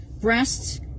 breasts